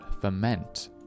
ferment